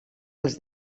els